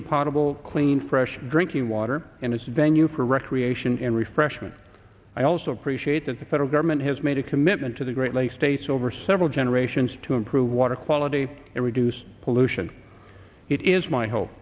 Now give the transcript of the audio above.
the potable clean fresh drinking water and its venue for recreation and refreshment i also appreciate that the federal government has made a commitment to the great lakes states over several generations to improve water quality and reduce pollution it is my ho